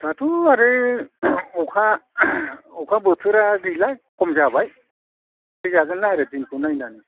दाथ' आरो अखा अखा बोथोरा गैला खम जाबाय फैजागोन आरो दिनखौ नायनानै